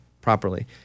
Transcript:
properly